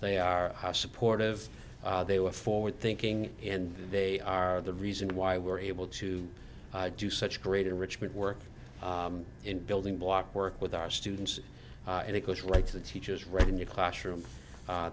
they are supportive they were forward thinking and they are the reason why we're able to do such great enrichment work in building block work with our students and it goes right to the teachers right in your classroom